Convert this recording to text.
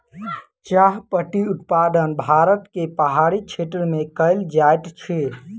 चाह पत्ती उत्पादन भारत के पहाड़ी क्षेत्र में कयल जाइत अछि